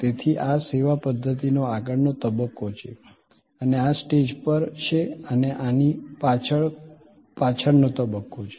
તેથી આ સેવા પધ્ધતિનો આગળનો તબક્કો છે અને આ સ્ટેજ પર છે અને આની પાછળ પાછળનો તબક્કો છે